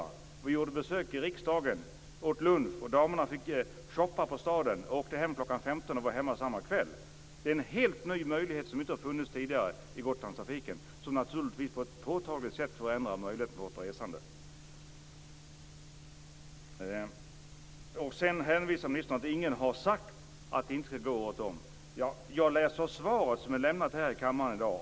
11.00, åt lunch, damerna fick shoppa ute i staden, åkte kl. 15.00 och de var hemma samma kväll. Det är en helt ny möjlighet som inte har funnits tidigare i Gotlandstrafiken. Det har naturligtvis på ett påtagligt sätt förändrat möjligheterna att resa. Ministern hänvisar till att ingen har sagt att färjan inte skall gå året om.